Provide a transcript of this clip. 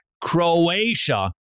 Croatia